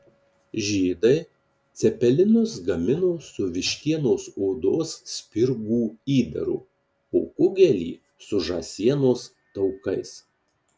žydai cepelinus gamino su vištienos odos spirgų įdaru o kugelį su žąsienos taukais